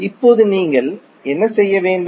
இப்போது நீங்கள் என்ன செய்ய வேண்டும்